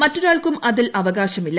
മറ്റൊരാൾക്കും അതിൽ അവകാശമില്ല